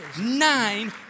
Nine